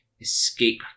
escape